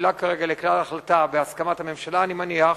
מבשילה כרגע לכלל החלטה בהסכמת הממשלה, אני מניח,